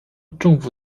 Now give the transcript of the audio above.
政府